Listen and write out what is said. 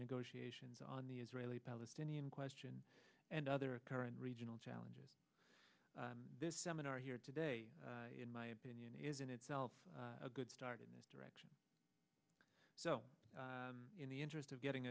negotiations on the israeli palestinian question and other current regional challenges this seminar here today in my opinion is in itself a good start in this direction so in the interest of getting